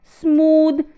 smooth